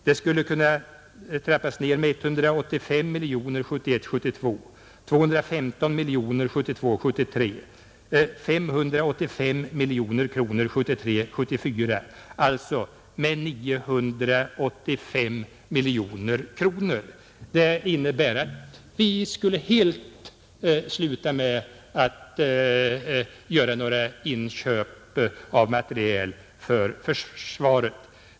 De skulle kunna trappas ner med 185 miljoner kronor 1971 1973 och med 585 miljoner kronor 1973/1974, alltså med 985 miljoner kronor. Det innebär att vi helt skulle sluta med att göra några inköp av materiel för försvaret.